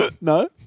No